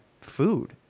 food